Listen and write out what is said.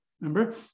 Remember